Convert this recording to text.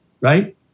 Right